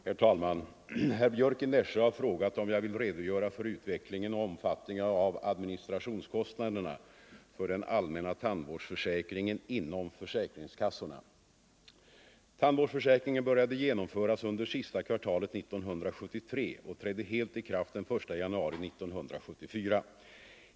Herr talman! Herr Björck i Nässjö har frågat om jag vill redogöra för utvecklingen och omfattningen av administrationskostnaderna för den allmänna tandvårdsförsäkringen inom försäkringskassorna. Tandvårdsförsäkringen började genomföras under sista kvartalet 1973 och trädde helt i kraft den 1 januari 1974.